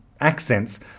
accents